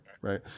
right